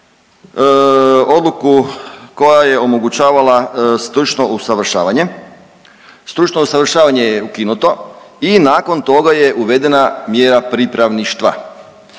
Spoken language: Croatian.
odluku koja je omogućavala stručno usavršavanje. Stručno usavršavanje je ukinuto i nakon toga je uvedena mjera pripravništva.